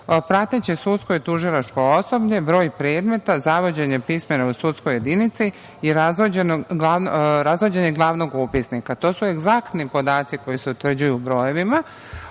prateće sudsko i tužilačko osoblje, broj predmeta, zavođenje pismena u sudskoj jedinici i razvođenje glavnog upisnika. To su egzaktni podaci koji se utvrđuju brojevima.